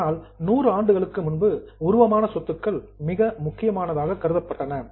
ஆனால் நூறு ஆண்டுகளுக்கு முன்பு உருவமான சொத்துக்கள் மிக முக்கியமானதாக கருதப்பட்டன